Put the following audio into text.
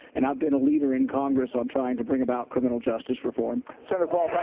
and i've been a leader in congress on trying to bring about criminal justice reform. senator paul,